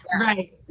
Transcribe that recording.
right